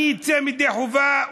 אני אצא ידי חובה,